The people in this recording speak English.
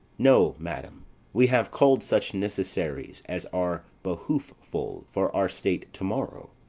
no, madam we have cull'd such necessaries as are behooffull for our state to-morrow.